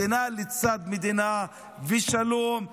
מדינה לצד מדינה, בשלום.